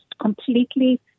completely